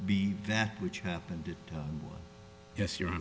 be that which happened yes you're